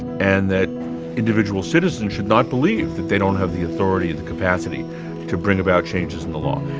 and that individual citizens should not believe that they don't have the authority, the capacity to bring about changes in the law.